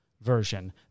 version